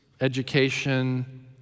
education